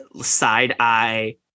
side-eye